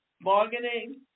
bargaining